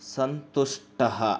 सन्तुष्टः